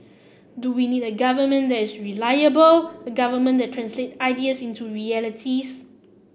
do we need a government that is reliable a government that translate ideas into realities